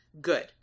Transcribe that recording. Good